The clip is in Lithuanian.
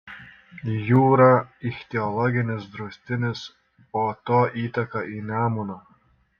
jūra ichtiologinis draustinis po to įteka į nemuną